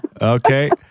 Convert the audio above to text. Okay